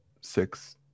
six